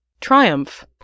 Triumph